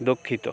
দুঃখিত